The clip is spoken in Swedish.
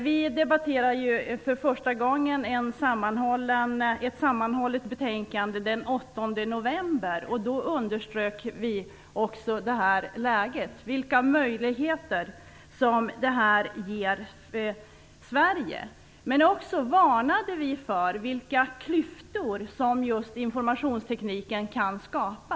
Vi debatterade ju för första gången ett sammanhållet betänkande den 8 november, och då underströk vi också det här läget, vilka möjligheter som det här ger Sverige. Men vi varnade också för vilka klyftor som just informationstekniken kan skapa.